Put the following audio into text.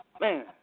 Man